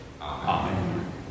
Amen